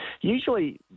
usually